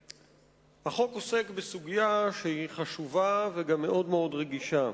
החוק עוסק בסוגיה חשובה, וגם מאוד מאוד רגישה.